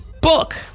book